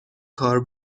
کار